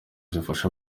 zifasha